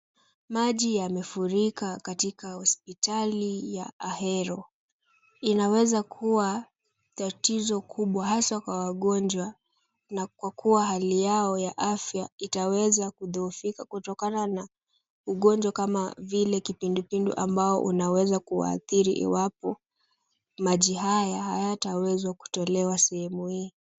Maji yamefurika katika hospitali ya Ahero. Inaweza kuwa tatizo kubwa haswa kwa wagonjwa, na kwa kuwa hali yao ya afya itaweza kudhoofika kutokana na ugonjwa kama vile kipindupindu ambao unaweza kuathiri iwapo maji haya hayatawezwa kutolewa sehemu hii.